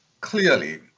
clearly